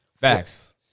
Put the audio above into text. Facts